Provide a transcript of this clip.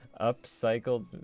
upcycled